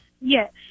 Yes